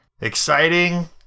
Exciting